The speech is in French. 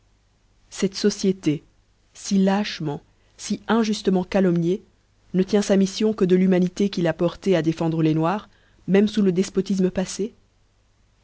cette société fi lâchement fi injuftement calomniée l ne tient fa miffion que de l'humanité qui l'a portée à défendre les noirs même fous le defpotifme paffé